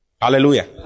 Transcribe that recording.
Hallelujah